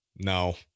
No